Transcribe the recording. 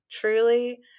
truly